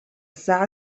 الساعة